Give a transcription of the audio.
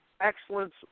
Excellence